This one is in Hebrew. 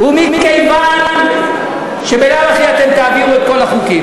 ומכיוון שבלאו הכי אתם תעבירו את כל החוקים,